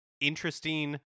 interesting